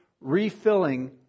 refilling